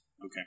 Okay